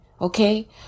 Okay